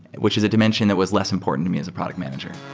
which is a dimension that was less important to me as a product manager.